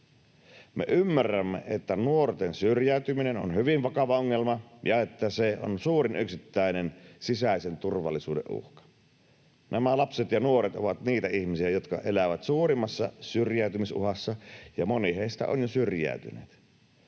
Me ymmärrämme, että nuorten syrjäytyminen on hyvin vakava ongelma ja että se on suurin yksittäinen sisäisen turvallisuuden uhka. Nämä lapset ja nuoret ovat niitä ihmisiä, jotka elävät suurimmassa syrjäytymisuhassa, ja moni heistä on jo syrjäytynyt.